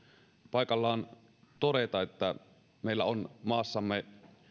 paikallaan todeta että meillä on maassamme